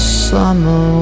summer